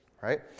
Right